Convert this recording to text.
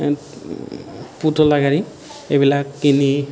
পুতলা গাড়ী এইবিলাক কিনি